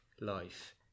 life